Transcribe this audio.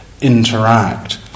interact